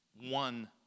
one